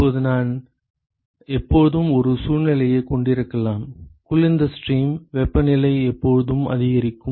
இப்போது நான் எப்போதும் ஒரு சூழ்நிலையைக் கொண்டிருக்கலாம் குளிர்ந்த ஸ்ட்ரீம் வெப்பநிலை எப்போதும் அதிகரிக்கும்